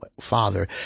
father